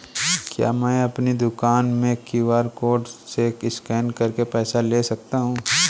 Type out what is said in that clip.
क्या मैं अपनी दुकान में क्यू.आर कोड से स्कैन करके पैसे ले सकता हूँ?